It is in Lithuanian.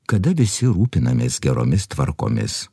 kada visi rūpinamės geromis tvarkomis